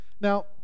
Now